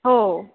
हो